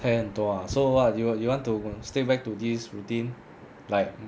tear 很多 ah so what do you you want to stay back to this routine like